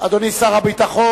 אדוני שר הביטחון.